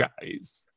guys